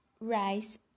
rice